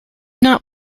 not